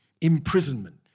imprisonment